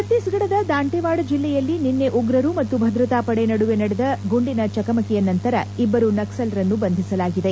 ಭತ್ತೀಸ್ಫಡದ ದಂತೆವಾಡ ಜಿಲ್ಲೆಯಲ್ಲಿ ನಿನ್ನೆ ಉಗ್ರರು ಮತ್ತು ಭದ್ರತಾ ಪಡೆ ನಡುವೆ ನಡೆದ ಗುಂಡಿನ ಚಕಮಕಿಯ ನಂತರ ಇಬ್ಬರು ನಕ್ಲಲ್ ರನ್ನು ಬಂಧಿಸಲಾಗಿದೆ